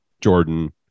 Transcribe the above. Jordan